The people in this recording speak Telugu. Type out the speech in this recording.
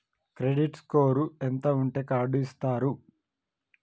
క్రెడిట్ స్కోర్ ఎంత ఉంటే కార్డ్ ఇస్తారు?